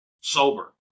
sober